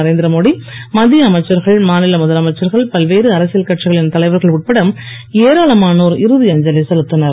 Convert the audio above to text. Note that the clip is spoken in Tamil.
நரேந்திரமோடி மத்திய அமைச்சர்கள் மாநில முதலமைச்சர்கள் பல்வேறு அரசியல் கட்சிகளின் தலைவர்கள் உட்பட ஏராளமானோர் இறுதி அஞ்சலி செலுத்தினர்